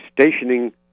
stationing